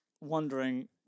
wondering